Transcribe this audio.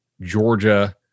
georgia